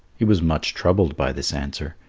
he was much troubled by this answer,